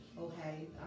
okay